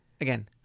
Again